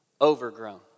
Overgrown